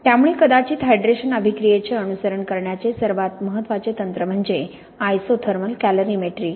त्यामुळे कदाचित हायड्रेशन अभिक्रियेचे अनुसरण करण्याचे सर्वात महत्त्वाचे तंत्र म्हणजे आयसोथर्मल कॅलरीमेट्री